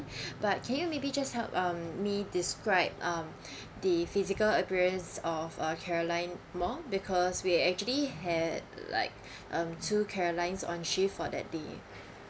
but can you maybe just help um me describe um the physical appearance of uh caroline more because we actually had like um two caroline on shift for that day